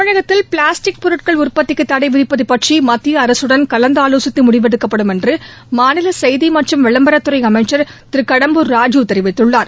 தமிழகத்தில் பிளாஸ்டிக் பொருட்கள் உற்பத்திக்கு தடை விதிப்பது பற்றி மத்திய அரசுடன் கலந்து ஆவோசித்து முடிவெடுக்கப்படும் என்று மாநில செய்தி மற்றும் விளம்பரத்துறை அமைச்சள் திரு கடம்பூர் ரஜு தெரிவித்துள்ளார்